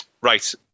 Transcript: Right